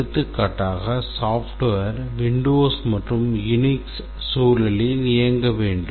எடுத்துக்காட்டாக software Windows மற்றும் Unix சூழலில் இயங்க வேண்டும்